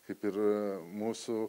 kaip ir mūsų